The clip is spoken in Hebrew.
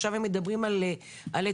עכשיו הם מדברים על היתרים?